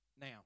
Now